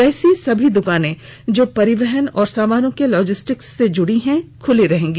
वैसी सभी दुकानें जो परिवहन और समानों के लॉजिस्टिक से जुड़ी हैं खूली रहेंगी